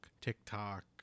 TikTok